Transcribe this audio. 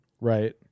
Right